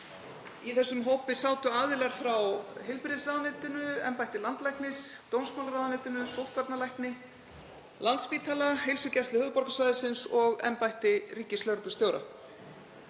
Í þessum hópi sátu aðilar frá heilbrigðisráðuneytinu, embætti landlæknis, dómsmálaráðuneytinu, sóttvarnalækni, Landspítala, Heilsugæslu höfuðborgarsvæðisins og embætti ríkislögreglustjóra.